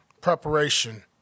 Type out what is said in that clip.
preparation